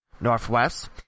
Northwest